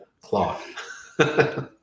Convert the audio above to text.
cloth